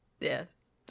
yes